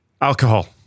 Alcohol